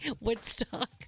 Woodstock